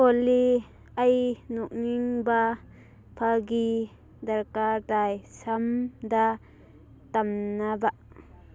ꯑꯣꯂꯤ ꯑꯩ ꯅꯣꯛꯅꯤꯡꯕ ꯐꯥꯒꯤ ꯗꯔꯀꯥꯔ ꯇꯥꯏ ꯁꯝ ꯗ ꯇꯝꯅꯕ